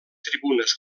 tribunes